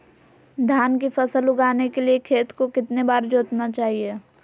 धान की फसल उगाने के लिए खेत को कितने बार जोतना चाइए?